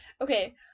Okay